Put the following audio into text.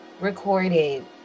recorded